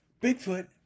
Bigfoot